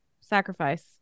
Sacrifice